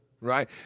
right